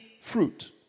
fruit